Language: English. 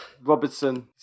Robertson